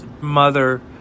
mother